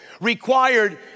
required